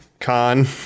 con